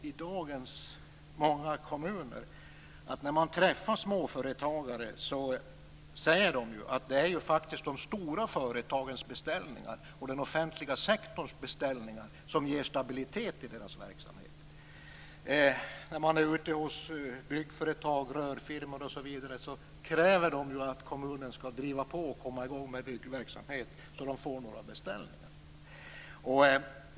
I många kommuner säger faktiskt småföretagare i dag att det är de stora företagens och den offentliga sektorns beställningar som ger stabilitet i deras verksamhet. När man är ute hos byggföretag, rörfirmor osv. kräver de ju att kommunen skall driva på och komma i gång med byggverksamhet så att de får några beställningar.